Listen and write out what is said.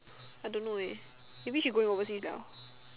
I don't know eh maybe she going overseas liao